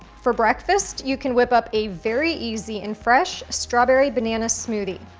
for breakfast, you can whip up a very easy and fresh strawberry banana smoothie.